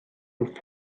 und